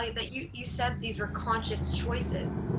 like that you you said these were conscious choices.